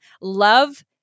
Love